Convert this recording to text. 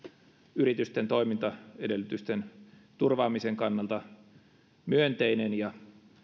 yritysten toimintaedellytysten turvaamisen kannalta myönteinen ja